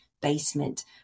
basement